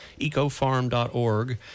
Ecofarm.org